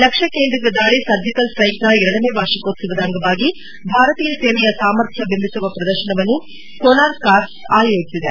ಲಕ್ಷ್ಮಕೇಂದ್ರಿತ ದಾಳಿ ಸರ್ಜಿಕಲ್ ಸ್ಟೈಕ್ನ ಎರಡನೇ ವಾರ್ಷಿಕೋತ್ಸವದ ಅಂಗವಾಗಿ ಭಾರತೀಯ ಸೇನೆಯ ಸಾಮರ್ಥ್ಯ ಬಿಂಬಿಸುವ ಪ್ರದರ್ಶನವನ್ನು ಕೋನಾರ್ಕ್ ಕಾರ್ಪ್ಸ್ ಆಯೋಜಿಸಿದೆ